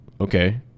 okay